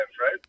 right